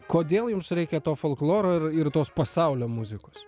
kodėl jums reikia to folkloro ir ir tos pasaulio muzikos